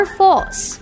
false